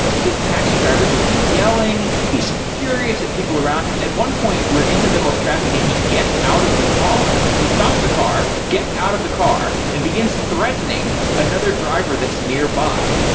this taxi driver just yelling, he's furious at people around him. at one point, we're in the middle of traffic and he gets out of the car. he stops the car, gets out of the car and begins threatening another driver that's nearby.